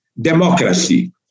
democracy